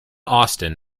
austen